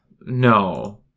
No